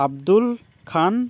Abdul Khan